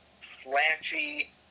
flashy